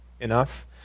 enough